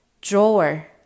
Drawer